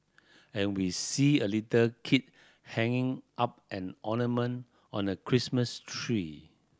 and we see a little kid hanging up an ornament on a Christmas tree